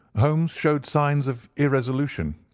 holmes showed signs of irresolution.